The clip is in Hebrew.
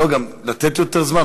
לא, גם לתת יותר זמן.